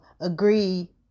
agree